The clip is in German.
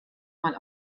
mal